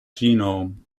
genome